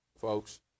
folks